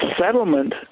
settlement